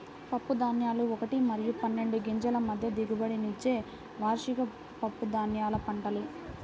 పప్పుధాన్యాలు ఒకటి మరియు పన్నెండు గింజల మధ్య దిగుబడినిచ్చే వార్షిక పప్పుధాన్యాల పంటలు